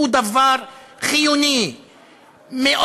הוא דבר חיוני מאוד.